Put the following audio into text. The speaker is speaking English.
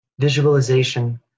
visualization